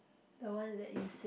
the one that you